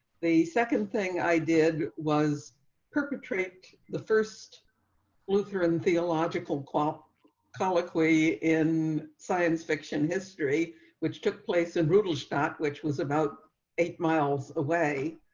the second thing i did was perpetrate the first lutheran theological cloth colloquy in science fiction history which took place in rural stock which was about eight miles away.